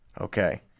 Okay